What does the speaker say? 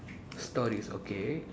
stories okay